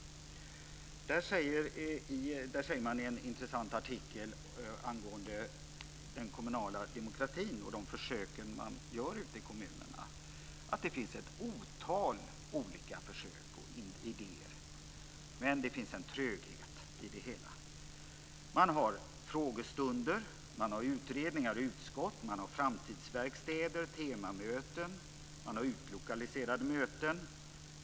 Där sägs det i en intressant artikel angående den kommunala demokratin och de försök som görs ute i kommunerna att det finns ett otal olika försök och idéer men att det finns en tröghet i det hela. Man har frågestunder. Man har utredningar och utskott. Man har framtidsverkstäder och temamöten. Man har utlokaliserade möten.